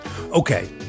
Okay